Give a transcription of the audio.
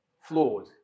flawed